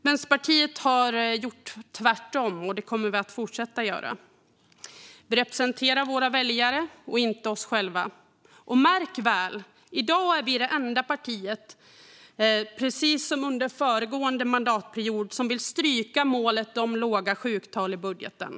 Vänsterpartiet har gjort tvärtom, och det kommer vi att fortsätta göra. Vi representerar våra väljare och inte oss själva, och märk väl: I dag är vi det enda partiet, precis som under föregående mandatperiod, som vill stryka målet om låga sjuktal i budgeten.